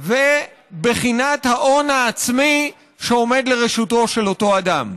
ובחינת ההון העצמי שעומד לרשותו של אותו אדם.